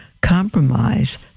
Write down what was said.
compromise